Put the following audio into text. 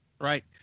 right